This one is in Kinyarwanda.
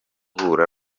gihugu